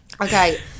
Okay